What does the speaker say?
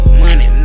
money